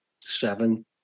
seven